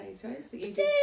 Potatoes